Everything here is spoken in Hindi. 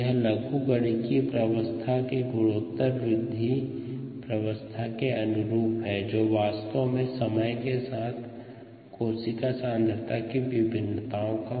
यह लघुगणकीय प्रवस्था या गुणोत्तर वृद्धि प्रवस्था के अनुरूप है जो वास्तव में समय के साथ कोशिका सांद्रता की विभिन्नताओं का वर्णन करता है